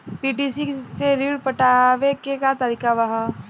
PDC से ऋण पटावे के का तरीका ह?